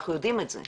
אנחנו יודעים את זה.